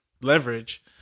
leverage